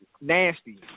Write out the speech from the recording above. nasty